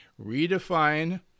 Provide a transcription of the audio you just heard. redefine